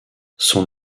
son